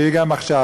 שיהיה גם עכשיו,